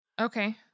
Okay